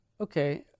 Okay